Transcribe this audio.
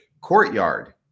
Courtyard